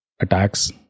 attacks